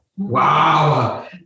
Wow